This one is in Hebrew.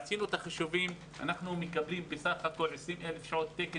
עשינו את החישובים ואנחנו מקבלים בסך הכול 20,000 שעות תקן